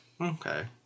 Okay